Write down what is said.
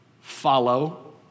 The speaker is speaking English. follow